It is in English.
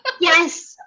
Yes